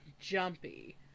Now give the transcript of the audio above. jumpy